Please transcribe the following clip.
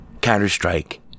Counter-Strike